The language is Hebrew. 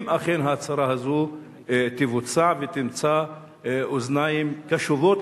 אם אכן ההצהרה הזאת תבוצע ותמצא אוזניים קשובות,